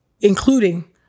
including